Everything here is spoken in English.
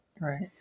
Right